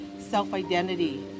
self-identity